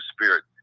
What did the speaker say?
spirit